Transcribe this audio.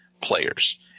players